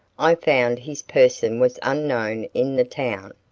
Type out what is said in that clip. i found his person was unknown in the town.